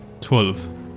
Twelve